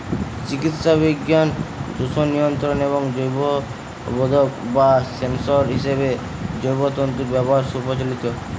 চিকিৎসাবিজ্ঞান, দূষণ নিয়ন্ত্রণ এবং জৈববোধক বা সেন্সর হিসেবে জৈব তন্তুর ব্যবহার সুপ্রচলিত